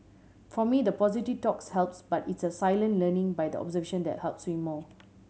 for me the positive talks helps but it's the silent learning by observation that helps me more